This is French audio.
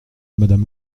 madame